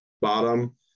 bottom